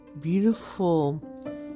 beautiful